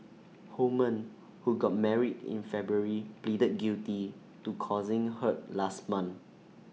Holman who got married in February pleaded guilty to causing hurt last month